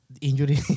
Injury